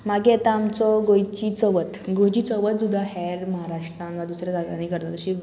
मागीर येता आमचो गोंयची चवथ गोंयची चवथ सुद्दां हेर महाराष्ट्रान वा दुसऱ्या जाग्यांनी करता तशी